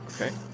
Okay